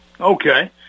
Okay